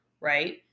right